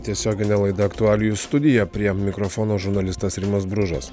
tiesioginė laida aktualijų studija prie mikrofono žurnalistas rimas bružas